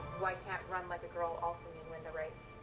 why can't run like a girl also win the race?